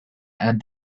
and